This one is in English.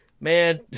man